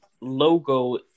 logo